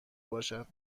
باشد